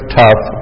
tough